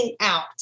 out